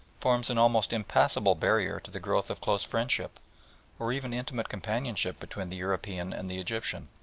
forms an almost impassible barrier to the growth of close friendship or even intimate companionship, between the european and the egyptian.